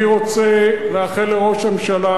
אני רוצה לאחל לראש הממשלה,